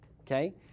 Okay